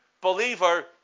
believer